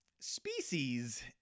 species